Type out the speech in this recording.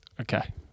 Okay